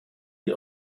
die